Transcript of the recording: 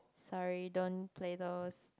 sorry don't play those